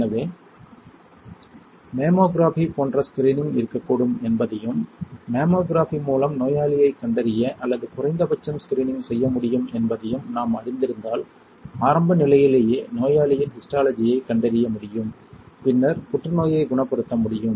எனவே மேமோகிராபி போன்ற ஸ்கிரீனிங் இருக்கக்கூடும் என்பதையும் மம்மோகிராஃபி மூலம் நோயாளியைக் கண்டறிய அல்லது குறைந்தபட்சம் ஸ்கிரீனிங் செய்ய முடியும் என்பதையும் நாம் அறிந்திருந்தால் ஆரம்ப நிலையிலேயே நோயாளியின் ஹிஸ்டாலஜியைக் கண்டறிய முடியும் பின்னர் புற்றுநோயைக் குணப்படுத்த முடியும்